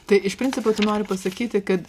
tai iš principo tu nori pasakyti kad